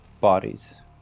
bodies